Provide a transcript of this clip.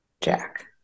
Jack